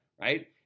right